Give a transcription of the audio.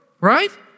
right